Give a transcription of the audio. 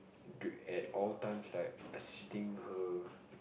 at all times I assisting her